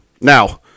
Now